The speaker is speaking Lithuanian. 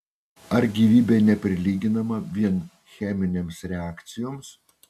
ar gyvybė neprilyginama vien cheminėms reakcijoms